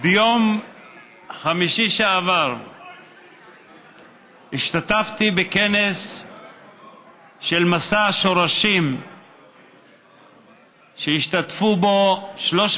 חמישי שעבר השתתפתי בכנס של מסע שורשים שהשתתפו בו 300